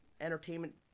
entertainment